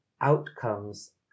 outcomes